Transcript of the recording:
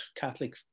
Catholic